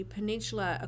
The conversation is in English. Peninsula